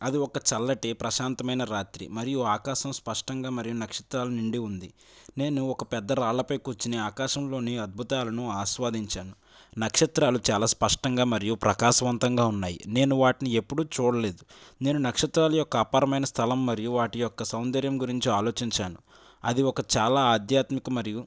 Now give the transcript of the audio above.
అది ఒక చల్లటి ప్రశాంతమైన రాత్రి మరియు ఆకాశం స్పష్టంగా మరియు నక్షత్రాలు నిండి ఉంది నేను ఒక పెద్ద రాళ్ళపై కూర్చొని ఆకాశంలోని అద్భుతాలను ఆస్వాదించాను నక్షత్రాలు చాలా స్పష్టంగా మరియు ప్రకాశవంతంగా ఉన్నాయి నేను వాటిని ఎప్పుడు చూడలేదు నేను నక్షత్రాల యొక్క అపారమైన స్థలం మరియు వాటి యొక్క సౌందర్యం గురించి ఆలోచించాను అది ఒక చాలా ఆధ్యాత్మికత మరియు